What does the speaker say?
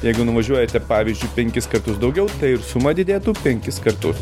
jeigu nuvažiuojate pavyzdžiui penkis kartus daugiau tai ir suma didėtų penkis kartus